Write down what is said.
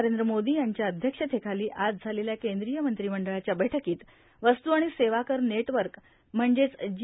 नरेंद्र मोदी यांच्या अध्यक्षतेखाली आज झालेल्या केंद्रीय मंत्रिमंडळाच्या बैठकीत वस्तू आणि सेवा कर नेटवर्क म्हणजेच जी